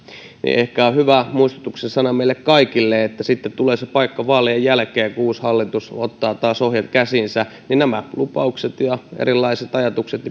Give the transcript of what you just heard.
ehkä on hyvä muistutuksen sana meille kaikille että tulee se paikka vaalien jälkeen kun uusi hallitus ottaa taas ohjat käsiinsä ja nämä lupaukset ja erilaiset ajatukset